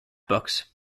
books